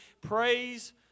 praise